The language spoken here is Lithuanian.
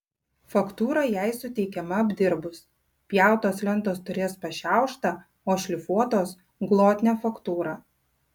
faktūra jai suteikiama apdirbus pjautos lentos turės pašiauštą o šlifuotos glotnią faktūrą